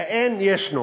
והאין ישנו.